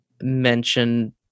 mention